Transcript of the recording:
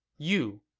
you,